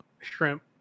shrimp